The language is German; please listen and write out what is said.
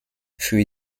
für